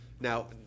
Now